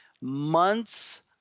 Months